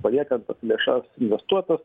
paliekant lėšas investuotas